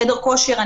חדר כושר,